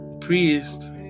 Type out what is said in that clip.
priest